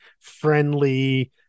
friendly